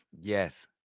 Yes